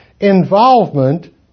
Involvement